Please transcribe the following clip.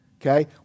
okay